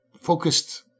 focused